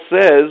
says